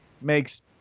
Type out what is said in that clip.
makes